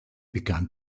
began